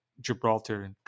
gibraltar